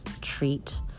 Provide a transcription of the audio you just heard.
treat